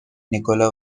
nikola